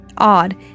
odd